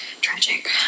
tragic